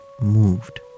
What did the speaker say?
moved